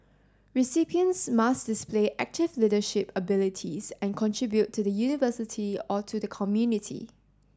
recipients must display active leadership abilities and contribute to the University or to the community